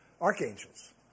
archangels